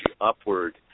upward